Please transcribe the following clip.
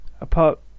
apart